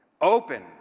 Open